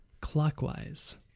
Clockwise